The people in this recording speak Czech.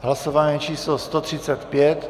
Hlasování číslo 135.